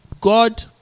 God